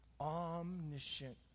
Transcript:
Omniscient